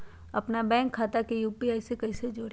अपना बैंक खाता के यू.पी.आई से कईसे जोड़ी?